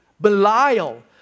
Belial